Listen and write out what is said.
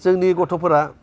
जोंनि गथ'फोरा